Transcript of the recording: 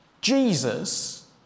Jesus